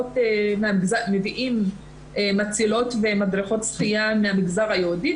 מביאים לשם מצילות ומדריכות שחייה מהמגזר היהודי.